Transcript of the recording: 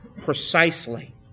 precisely